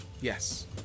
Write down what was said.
Yes